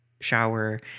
shower